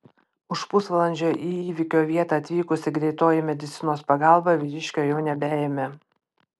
už pusvalandžio į įvykio vietą atvykusi greitoji medicinos pagalba vyriškio jau nebeėmė